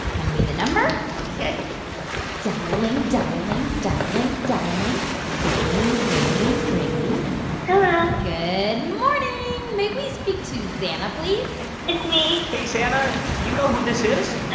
and me the number ok dialing, dialing, dialing, dialing ringing, ringing, ringing hello good morning. may we speak to zana, please? it's me hey, zana. do you know who this is?